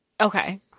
okay